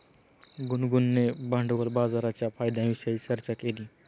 गुनगुनने भांडवल बाजाराच्या फायद्यांविषयी चर्चा केली